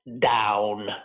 down